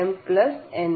mn 1